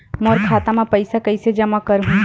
मोर खाता म पईसा कइसे जमा करहु?